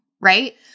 right